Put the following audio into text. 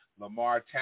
lamar